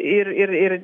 ir ir ir